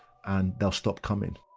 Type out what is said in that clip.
and they'll stop coming